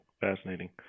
fascinating